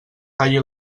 talli